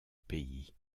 pays